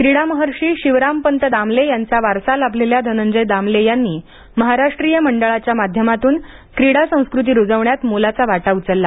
क्रीडा महर्षी शिवराम पंत दामले यांचा वारसा लाभलेल्या धनंजय दामले यांनी महाराष्ट्रीय मंडळाच्या माध्यमातून क्रीडा संस्कृती रुजवण्यात मोलाचा वाटा उचलला